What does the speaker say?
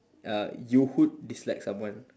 uh you would dislike someone